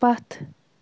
پتھ